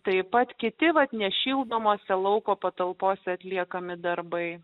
taip pat kiti vat nešildomose lauko patalpose atliekami darbai